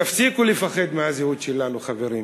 תפסיקו לפחד מהזהות שלנו, חברים.